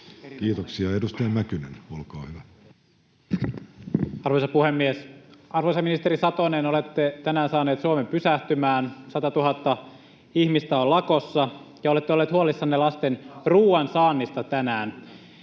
Time: 11:46 Content: Arvoisa puhemies! Arvoisa ministeri Satonen, olette tänään saanut Suomen pysähtymään: 100 000 ihmistä on lakossa. Te olette ollut huolissanne lasten ruoansaannista tänään.